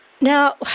Now